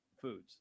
foods